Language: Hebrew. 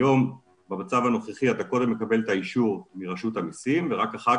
היום במצב הנוכחי אתה קודם מקבל את האישור מרשות המסים ורק אחר